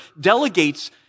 delegates